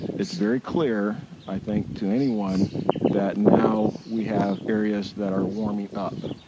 it's very clear, i think to anyone that now we have areas that are warming up.